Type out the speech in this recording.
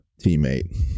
teammate